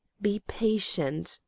be patient!